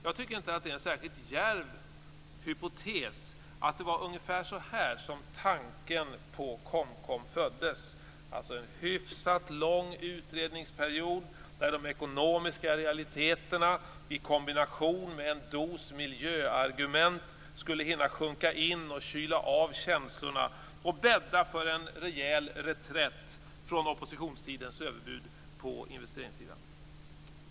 Jag tycker inte att det är en särskilt djärv hypotes att det var ungefär så här som tanken på KOMKOM föddes. En hyfsat lång utredningsperiod, där de ekonomiska realiteterna i kombination med en dos miljöargument skulle hinna sjunka in och kyla av känslorna och bädda för en rejäl reträtt från oppositionstidens överbud på investeringssidan.